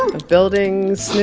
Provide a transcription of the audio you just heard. of buildings.